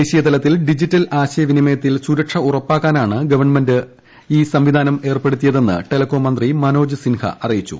ദേശീയതലത്തിൽ ഡിജിറ്റൽ ആശയവിനിമയത്തിൽ സുരക്ഷ ഉറപ്പാക്കാനാണ് ഗവൺമെന്റ് സംവിധാനം ഏർപ്പെടുത്തുന്നതെന്ന് ടെലിക്ടോം മന്ത്രി മനോജ് സിൻഹ അറിയിച്ചു